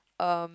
um